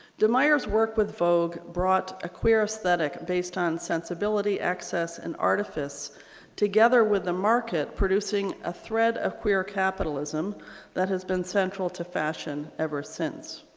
de meyer's work with vogue brought a queer aesthetic based on sensibility, excess, and artifice together with the market producing a thread of queer capitalism that has been central to fashion ever since.